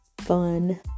fun